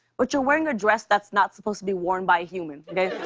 but you're wearing a dress that's not supposed to be worn by a human, okay?